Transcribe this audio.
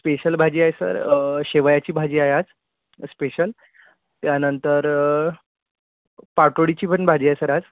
special भाजी आहे sir शेवयाची भाजी आहे आज स्पेशल त्यानंतर पाटवडीची पण भाजी आहे सर आज